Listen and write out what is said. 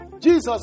Jesus